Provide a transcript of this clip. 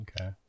Okay